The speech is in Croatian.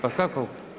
Pa kako?